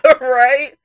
right